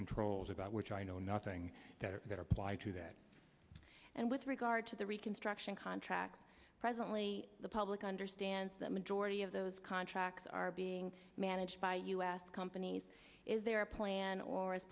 controls about which i know nothing that apply to that and with regard to the reconstruction contracts presently the public understands that majority of those contracts are being managed by u s companies is there a plan or as